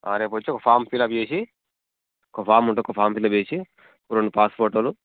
రేపు వచ్చి ఒక ఫామ్ ఫిలప్ చేసి ఒక ఫామ్ ఉంటది ఒక ఫామ్ ఫిలప్ చేసి ఒక రెండు పాస్పోర్ట్ ఫోటోలు